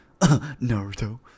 Naruto